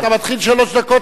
אתה מתחיל שלוש דקות.